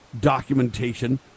documentation